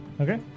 Okay